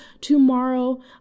tomorrow